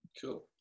Cool